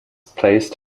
placed